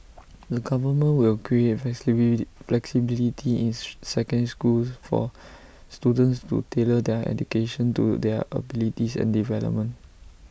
the government will create flexibility in secondary schools for students to tailor their education to their abilities and development